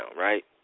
right